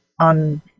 on